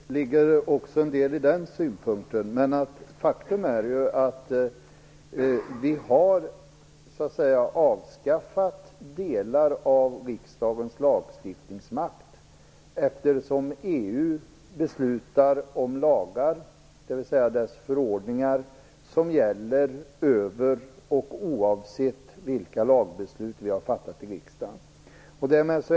Herr talman! Det ligger en hel del också i den synpunkten. Men faktum är att vi så att säga har avskaffat delar av riksdagens lagstiftningsmakt, eftersom EU beslutar om lagar, dvs. om förordningar, som oavsett vilka lagbeslut vi har fattat i riksdagen gäller över dessa.